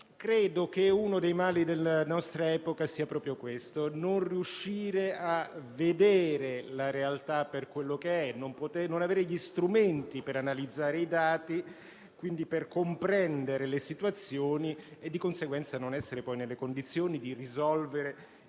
Credo che uno dei mali della nostra epoca sia proprio questo: non riuscire a vedere la realtà per quello che è; non avere gli strumenti per analizzare i dati e comprendere le situazioni; di conseguenza, non essere nelle condizioni di risolvere